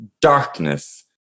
darkness